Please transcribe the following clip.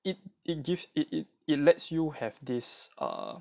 it it gives it it it lets you have this err